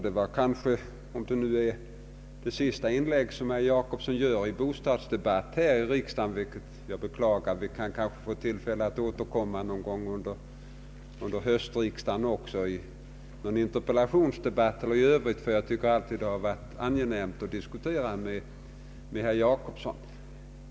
Detta var herr Jacobssons sista inlägg i bostadsdebatten här i riksdagen, sade han, vilket jag beklagar. Vi kanske får tillfälle att diskutera under höstriksdagen också i någon interpellationsdebatt eller vid annat tillfälle; jag tycker att det alltid har varit angenämt att diskutera med herr Jacobsson.